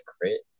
crit